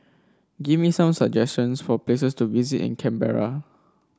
give me some suggestions for places to visit in Canberra